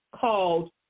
called